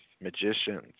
magicians